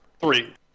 Three